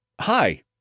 hi